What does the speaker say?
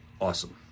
Awesome